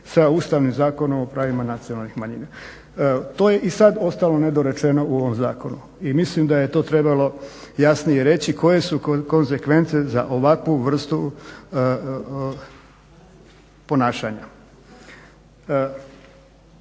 sa ustavnim Zakonom o pravima nacionalnih manjina. To je i sad ostalo nedorečeno u ovom zakonu, i mislim da je to trebalo jasnije reći koje su konzekvence za ovakvu vrstu ponašanja.